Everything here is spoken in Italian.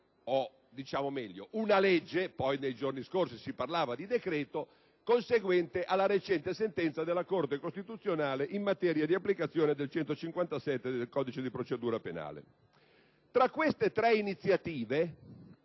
il Sottosegretario - una legge (nei giorni scorsi si è parlato di decreto) conseguente alla recente sentenza della Corte costituzionale in materia di applicazione dell'articolo 157 del codice di procedura penale. Tra queste tre misure